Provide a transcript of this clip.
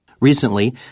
Recently